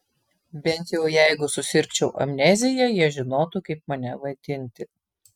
bent jau jeigu susirgčiau amnezija jie žinotų kaip mane vadinti